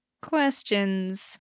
Questions